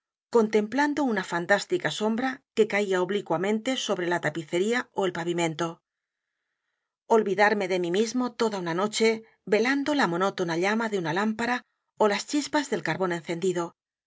contemplando una fantástica sombra que caía oblicuaberekice mente sobre la tapicería ó el pavimento olvidarme á mí mismo toda una noche velando la monótona llama de u n a lámpara ó las chispas del carbón encendido